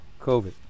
covid